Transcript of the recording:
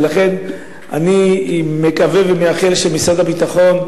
ולכן אני מקווה ומייחל שמשרד הביטחון,